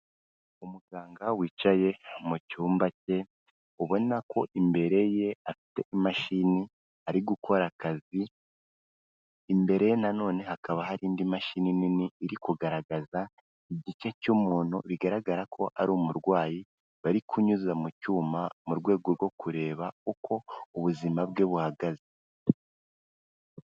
Umuganga wicaye mu cyumba cye ubona ko imbere ye afite imashini ari gukora akazi imbere nanone hakaba hari indi mashini nini iri kugaragaza igice cy'umuntu bigaragara ko ari umurwayi bari kunyuza mu cyuma mu rwego rwo kureba uko ubuzima bwe buhagaze.